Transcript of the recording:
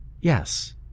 Yes